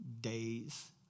days